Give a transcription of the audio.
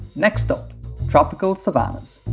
next up tropical savannas.